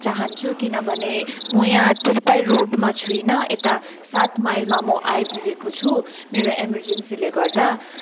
चाहन्छु किनभने म यहाँ त्रिपाई रोडमा छुइनँ यता सात माइलमा म आइपुगेको छु मेरो एमर्जेन्सीले गर्दा